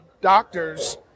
doctors